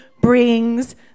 brings